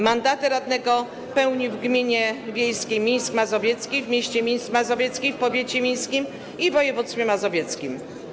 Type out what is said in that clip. Mandaty radnego pełnił w gminie wiejskiej Mińsk Mazowiecki, w mieście Mińsk Mazowiecki, w powiecie mińskim, i województwie mazowieckim.